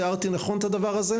תיארתי נכון את הדבר הזה?